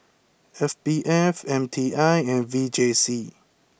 S B F M T I and V J C